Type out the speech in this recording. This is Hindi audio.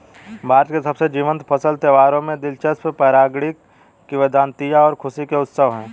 भारत के सबसे जीवंत फसल त्योहारों में दिलचस्प पौराणिक किंवदंतियां और खुशी के उत्सव है